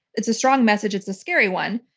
it's a strong message. it's a scary one.